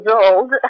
old